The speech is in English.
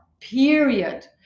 period